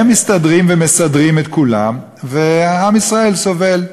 הם מסתדרים ומסדרים את כולם, ועם ישראל סובל.